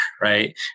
right